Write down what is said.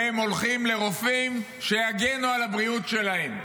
והם הולכים לרופאים שיגנו על הבריאות שלהם.